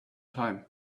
time